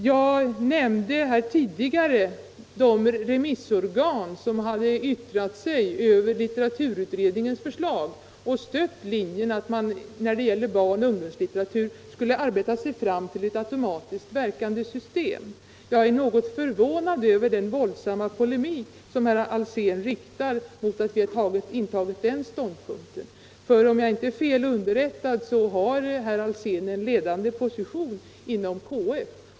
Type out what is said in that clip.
Jag nämnde här tidigare de remissorgan som hade yttrat sig över litteraturutredningens förslag och stött linjen att man när det gäller barnoch ungdomslitteratur skulle arbeta sig fram till ett automatiskt verkande system. Jag är något förvånad över den våldsamma polemik som herr Alsén riktar mot att vi har intagit den ståndpunkten. Om jag inte är felunderrättad har herr Alsén en ledande position inom KF.